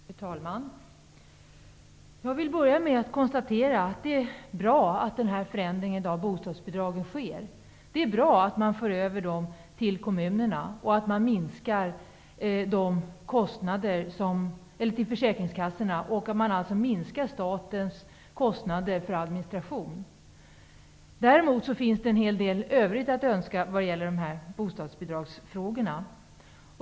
Fru talman! Jag vill börja med att konstatera att det är bra att denna förändring av bostadsbidragen sker. Det är bra att man för över dem till försäkringskassorna och alltså minskar statens kostnader för administration. Däremot finns det en hel del övrigt att önska vad gäller bostadsbidragsfrågorna.